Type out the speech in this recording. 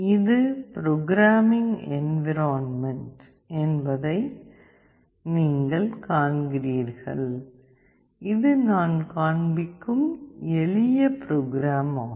இது programming environment என்பதை நீங்கள் காண்கிறீர்கள் இது நான் காண்பிக்கும் எளிய ப்ரோக்ராம் ஆகும்